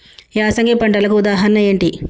యాసంగి పంటలకు ఉదాహరణ ఏంటి?